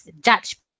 judge